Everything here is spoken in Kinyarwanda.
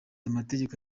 amategeko